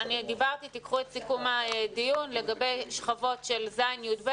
תיקחו את סיכום הדיון לגבי שכבות של ז' י"ב,